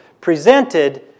presented